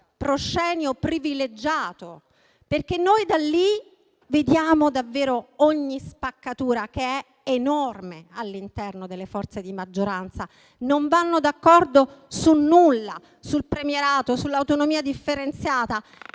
proscenio privilegiato, perché noi da lì vediamo davvero ogni spaccatura, che è enorme, all'interno delle forze di maggioranza. Non vanno d'accordo su nulla: sul premierato, sull'autonomia differenziata.